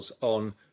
on